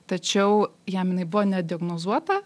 tačiau jam jinai buvo nediagnozuota